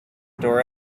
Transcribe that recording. dora